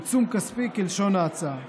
"עיצום כספי", כלשון ההצעה,